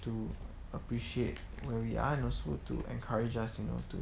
to appreciate where we are and also to encourage us you know to